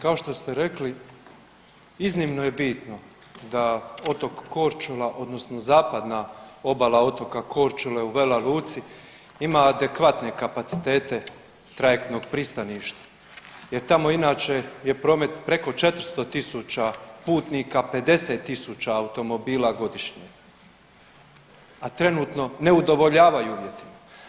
Kao što ste rekli, iznimno je bitno da otok Korčula, odnosno zapadna obala otoka Korčule u Vela Luci ima adekvatne kapacitete trajektnog pristaništa jer tamo je inače je promet preko 400 000 putnika, 50 000 automobila godišnje, a trenutno ne udovoljavaju uvjetima.